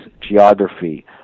geography